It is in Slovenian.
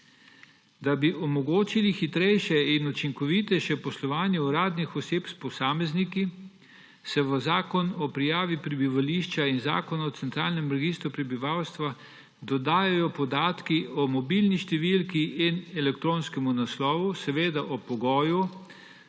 Da bi omogočili hitrejše in učinkovitejše poslovanje uradnih oseb s posamezniki, se v Zakon o prijavi prebivališča in Zakon o centralnem registru prebivalstva dodajajo podatki o mobilni številki in elektronskem naslovu, seveda ob pogoju,